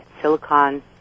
silicon